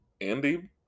Andy